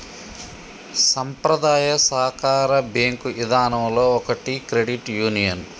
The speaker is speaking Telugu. సంప్రదాయ సాకార బేంకు ఇదానంలో ఒకటి క్రెడిట్ యూనియన్